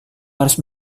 harus